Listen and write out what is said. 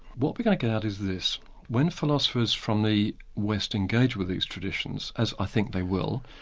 what we're going to get out is this when philosophers from the west engage with these traditions as i think they will,